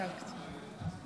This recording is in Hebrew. בדקתי.